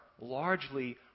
largely